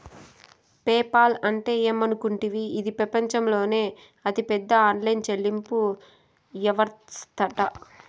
PayPal అంటే ఏమనుకుంటివి, ఇది పెపంచంలోనే అతిపెద్ద ఆన్లైన్ చెల్లింపు యవస్తట